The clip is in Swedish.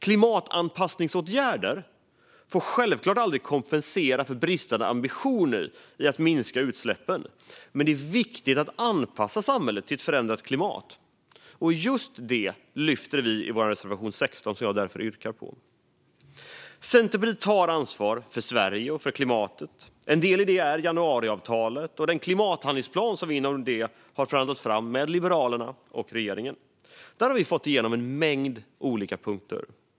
Klimatanpassningsåtgärder får självklart aldrig kompensera för bristande ambitioner att minska utsläppen, men det är viktigt att anpassa samhället till ett förändrat klimat. Just detta lyfter vi i vår reservation nummer 16, som jag yrkar bifall till. Centerpartiet tar ansvar för Sverige och klimatet. En del i det är januariavtalet och den klimathandlingsplan som vi inom avtalet har förhandlat fram med Liberalerna och regeringen. Där har vi fått igenom en mängd olika punkter.